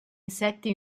insetti